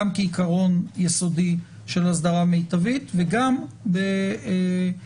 גם כעיקרון יסודי של אסדרה מיטבית וגם בהתייחסות